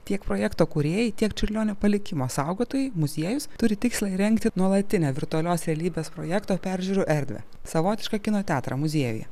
tiek projekto kūrėjai tiek čiurlionio palikimo saugotojai muziejus turi tikslą įrengti nuolatinę virtualios realybės projekto peržiūrų erdvę savotišką kino teatrą muziejuje